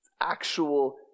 actual